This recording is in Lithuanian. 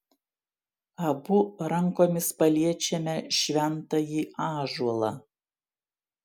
abu rankomis paliečiame šventąjį ąžuolą